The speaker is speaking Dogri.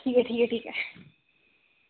ठीक ऐ ठीक ऐ ठीक ऐ